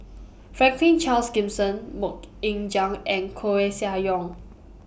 Franklin Charles Gimson Mok Ying Jang and Koeh Sia Yong